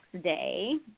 day